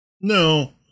No